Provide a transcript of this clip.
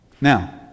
Now